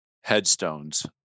headstones